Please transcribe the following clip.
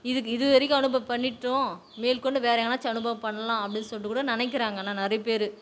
இதுக்கு இதுவரைக்கும் அனுபவம் பண்ணிட்டோம் மேல்கொண்டு வேறே எங்கனாச்சும் அனுபவம் பண்ணலாம் அப்படின்னு சொல்லிட்டு கூட நினைக்கிறாங்க ஆனால் நிறைய பேர்